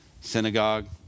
synagogue